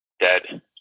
dead